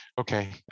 Okay